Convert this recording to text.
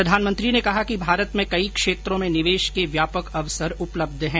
प्रधानमंत्री ने कहा कि भारत में कई क्षेत्रों में निवेश के व्यापक अवसर उपलब्ध हैं